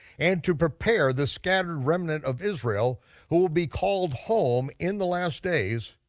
and to prepare the scattered remnant of israel who will be called home in the last days,